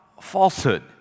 falsehood